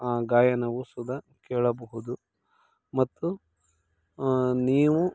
ಆ ಗಾಯನವು ಸುದಾ ಕೇಳಬಹುದು ಮತ್ತು ನೀವು